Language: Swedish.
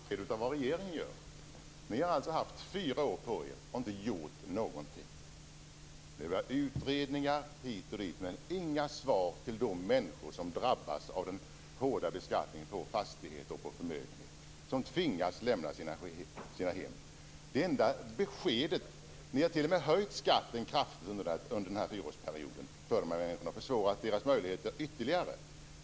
Fru talman! Nu vill jag ha besked vad regeringen gör. Ni har haft fyra år på er, och ni har inte gjort någonting. Det har varit utredningar hit och dit, men inga svar till de människor som drabbas av den hårda beskattningen på fastigheter och förmögenheter och som tvingas lämna sina hem. Ni har t.o.m. höjt skatten kraftigt under perioden och försvårat dessa människors möjligheter ytterligare.